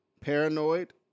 Paranoid